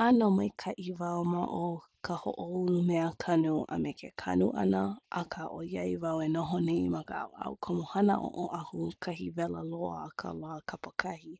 ʻAno maikaʻi wau ma o ka hoʻoulu meakanu a me ke kanu ʻana, akā ʻoiai wau e noho nei ma ka ʻaoʻao komohana ʻo Oʻahu kahi wela loa a ka lā kapakahi.